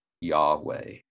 Yahweh